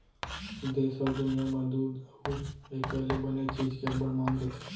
देस अउ दुनियॉं म दूद अउ एकर ले बने चीज के अब्बड़ मांग रथे